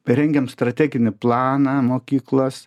rengėm strateginį planą mokyklos